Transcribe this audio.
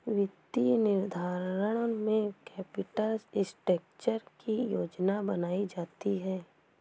वित्तीय निर्धारण में कैपिटल स्ट्रक्चर की योजना बनायीं जाती है